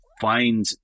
find